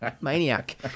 maniac